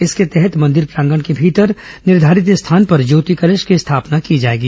इसके तहत मंदिर प्रांगण के भीतर निर्घारित स्थान पर ज्योति कलश की स्थापना की जाएगी